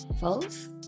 False